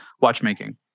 watchmaking